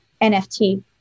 NFT